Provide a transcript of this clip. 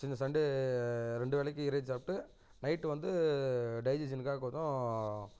சில சண்டே ரெண்டு வேளைக்கு இறைச்சி சாப்பிட்டு நைட்டு வந்து டைஜஸனுக்காக கொஞ்சம்